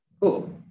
cool